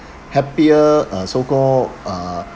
happier uh so-called uh